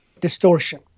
distortion